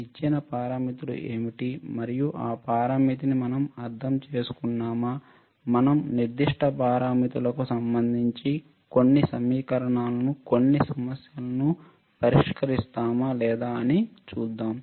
ఇచ్చిన పారామితులు ఏమిటి మరియు ఆ పరామితిని మనం అర్థం చేసుకున్నామా మనం నిర్దిష్ట పారామితులకు సంబంధించి కొన్ని సమీకరణాలను కొన్ని సమస్యలను పరిష్కరిస్తామ లేదా అని చూద్దాం